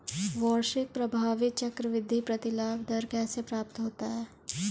वार्षिक प्रभावी चक्रवृद्धि प्रतिलाभ दर कैसे प्राप्त होता है?